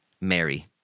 Mary